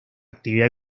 actividad